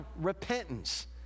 repentance